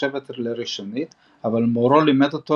שנחשבת לראשונית אבל מורו לימד אותו